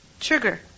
Sugar